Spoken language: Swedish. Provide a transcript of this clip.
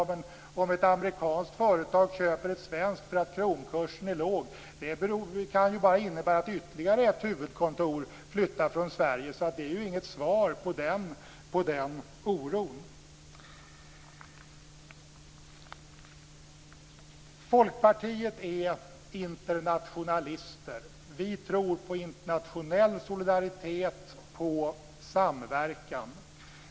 Men om ett amerikanskt företag köper ett svenskt för att kronkursen är låg kan det ju bara innebära att ytterligare ett huvudkontor flyttar från Sverige. Det är alltså inget svar vad gäller den här oron. Vi i folkpartiet är internationalister. Vi tror på internationell solidaritet, på samverkan.